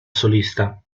solista